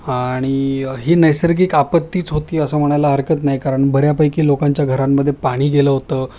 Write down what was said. आणि ही नैसर्गिक आपत्तीच होती असं म्हणायला हरकत नाही कारण बऱ्यापैकी लोकांच्या घरांमध्ये पाणी गेलं होतं